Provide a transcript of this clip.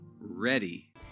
ready